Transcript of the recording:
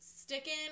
sticking